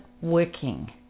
working